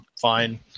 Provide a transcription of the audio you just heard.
fine